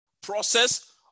process